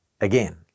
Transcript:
again